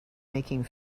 making